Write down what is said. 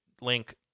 link